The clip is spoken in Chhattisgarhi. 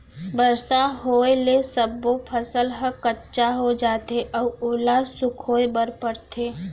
बरसा होए ले सब्बो फसल ह कच्चा हो जाथे अउ ओला सुखोए बर परथे